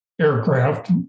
aircraft